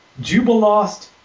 Jubilost